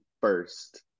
first